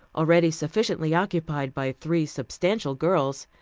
already sufficiently occupied by three substantial girls.